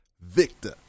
Victor